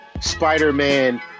Spider-Man